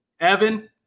Evan